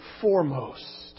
foremost